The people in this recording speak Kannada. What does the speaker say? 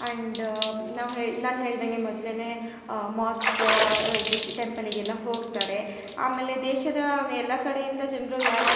ಆ್ಯಂಡ್ ನಾವು ನಾನು ಹೇಳ್ದಂಗೆ ಮೊದಲೇನೆ ಮೊಸ್ಕ್ ಇದಕ್ಕೆ ಟೆಂಪಲಿಗೆಲ್ಲ ಹೋಗ್ತಾರೆ ಆಮೇಲೆ ದೇಶದ ಎಲ್ಲ ಕಡೆಯಿಂದ ಜನರು ಯಾವ